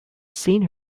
seen